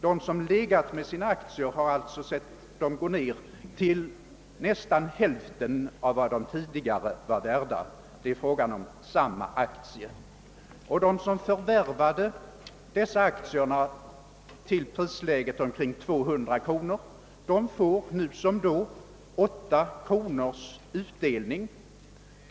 De som legat på sina aktier har alltså sett dem gå ned till nära nog halva det värde som de tidigare hade. De som förvärvade dessa aktier i ett prisläge på omkring 200 kronor får då som nu 8 kronors utdelning per aktie.